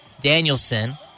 Danielson